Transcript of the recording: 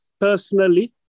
personally